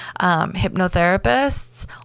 hypnotherapists